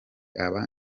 aba